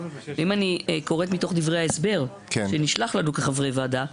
ואם אני קוראת מתוך דברי ההסבר שנשלח אלינו כחברי וועדה,